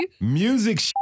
Music